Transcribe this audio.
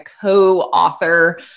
co-author